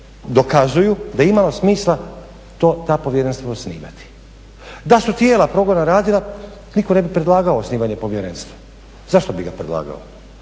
dokazuju da je imalo smisla to, ta povjerenstva osnivati. Da su tijela progona radila, nitko ne bi predlagao osnivanje povjerenstva, zašto bi ga predlagao,